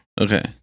Okay